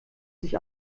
sich